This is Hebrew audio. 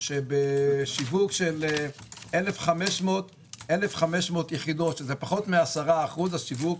שבשיווק של 1,500 יחידות, שזה פחות מ-10%, השיווק